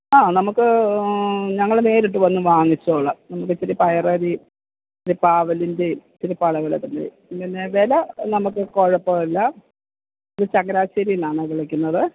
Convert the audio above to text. ആ നമുക്ക് ഞങ്ങള് നേരിട്ട് വന്ന് വാങ്ങിച്ചോളാം നമുക്ക് ഇച്ചിരിയും പയർ അരിയും ഇത്തിരി പാവലിന്റേയും ഇത്തിരി പടവലത്തിന്റേയും പിന്നെ വില നമുക്ക് കുഴപ്പമില്ല ഇത് ചങ്ങനാശ്ശേരിയിൽ നിന്നാണ് വിളിക്കുന്നത്